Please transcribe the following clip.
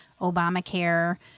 Obamacare